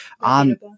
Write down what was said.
on